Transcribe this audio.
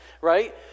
right